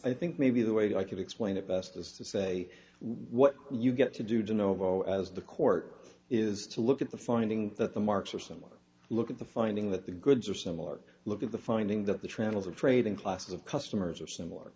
i think maybe the way i can explain it best is to say what you get to do to know as the court is to look at the finding that the marks are similar look at the finding that the goods are similar look at the finding that the travels of trading classes of customers are similar